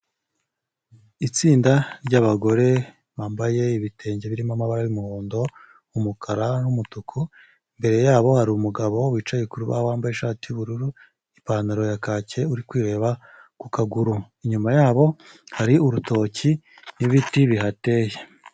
Itsinda ry'abagore bambaye ibitenge birimo amabara y'umuhondo, umukara n'umutuku, imbere yabo hari umugabo wicaye ku rubaho wambaye ishati y'ubururu, ipantaro ya kake uri kwireba ku kaguru, inyuma yabo hari urutoki n'ibiti bihateye.